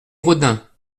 rodin